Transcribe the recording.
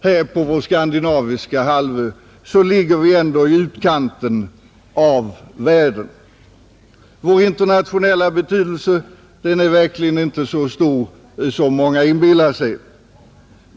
Här på vår skandinaviska halvö ligger vi ändå i utkanten av världen. Vår internationella betydelse är verkligen inte så stor som många inbillar sig.